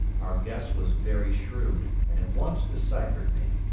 our guest was very shrewd and at once deciphered me.